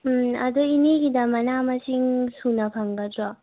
ꯎꯝ ꯑꯗꯣ ꯏꯅꯦꯒꯤꯗ ꯃꯅꯥ ꯃꯁꯤꯡ ꯁꯨꯅ ꯐꯪꯒꯗ꯭ꯔꯣ